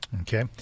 Okay